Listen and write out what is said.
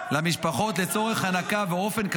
ואז נוכל ----- למשפחות לצורך הנקה ואופן